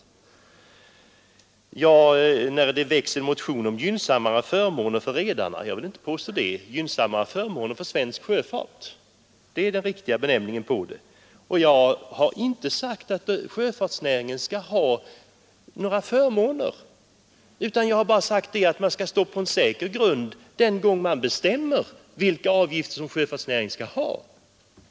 Det har sagts att det väckts en motion om gynnsammare förmåner för redarna. Jag vill inte påstå det. Gynnsammare förmåner för svensk sjöfart — det är den riktiga benämningen. Jag har inte sagt att sjöfartsnäringen skall ha några förmåner, utan jag har bara sagt att man skall stå på en säker grund den gång då man bestämmer vilka avgifter som sjöfartsnäringen skall ha.